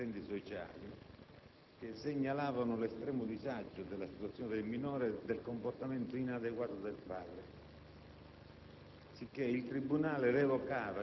del minore e degli assistenti sociali che segnalavano l'estremo disagio della situazione del minore e il comportamento inadeguato del padre,